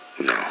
No